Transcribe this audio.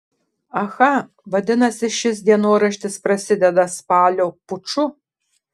aha vadinasi šis dienoraštis prasideda spalio puču